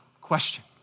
question